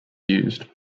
used